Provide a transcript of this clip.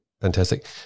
Fantastic